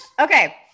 Okay